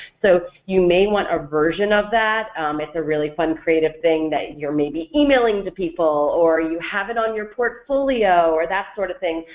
so you may want a version of that it's a really fun creative thing that you're maybe emailing the people or you have it on your portfolio or that sort of thing,